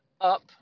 up